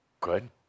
Good